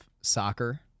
soccer